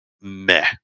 meh